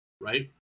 right